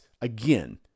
again